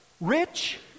rich